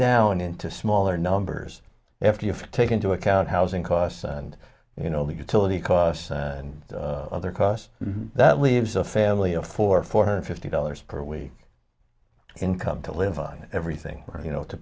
down into smaller numbers after you take into account housing costs and you know the utility costs and other costs that leaves a family of four four hundred fifty dollars per week income to live on everything or you know to